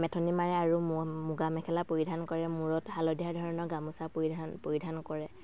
মেঠনি মাৰে আৰু মুগা মেখেলা পৰিধান কৰে মূৰত হালধীয়া ধৰণৰ গামোচা পৰিধান পৰিধান কৰে